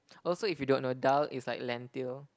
also if you don't know dahl is like lentil